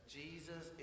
jesus